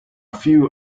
few